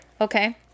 Okay